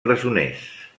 presoners